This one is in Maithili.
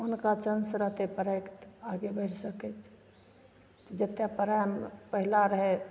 हुनका चान्स रहतै पढ़ैके तऽ आगे बढ़ि सकै छै जतेक पढ़ैमे पहिले रहै